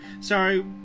Sorry